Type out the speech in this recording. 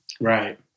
Right